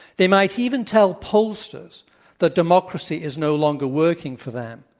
they might even tell pollsters that democracy is no longer working for them.